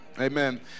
Amen